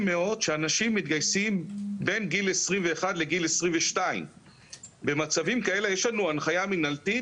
מאוד שאנשים מתגייסים בין גיל 21 לגיל 22. במצבים כאלה יש לנו הנחיה מנהלתית